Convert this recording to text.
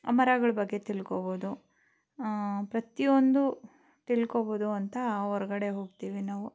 ಆ ಮರಗಳ ಬಗ್ಗೆ ತಿಳ್ಕೋಬೋದು ಪ್ರತಿಯೊಂದು ತಿಳ್ಕೋಬೋದು ಅಂತ ಹೊರ್ಗಡೆ ಹೋಗ್ತೀವಿ ನಾವು